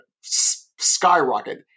skyrocket